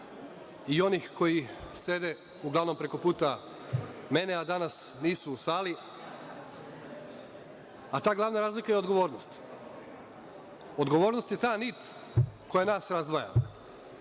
i onih kojih sede uglavnom preko puta mene, a danas nisu u sali, a ta glavna razlika je odgovornost. Odgovornost je ta nit koja nas razdvaja.